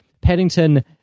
Paddington